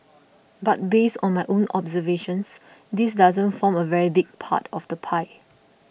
but based on my own observations this doesn't form a very big part of the pie